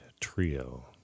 trio